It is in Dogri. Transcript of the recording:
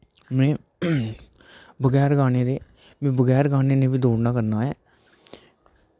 में बगैर गाने दे में बगैर गाने नै दे बी दौड़ना करना ऐं